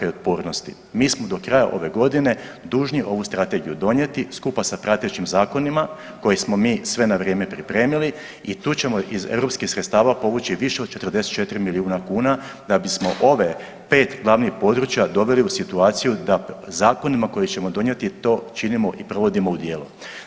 Mi smo do kraja ove godine dužni ovu strategiju donijeti skupa sa pratećim zakonima koje smo mi sve na vrijeme pripremili i tu ćemo iz europskih sredstava povući više od 44 milijuna kuna da bismo ove 5 glavnih područja doveli u situaciju da zakonima koje ćemo donijeti to činimo i provodimo u djelo.